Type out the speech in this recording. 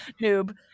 Noob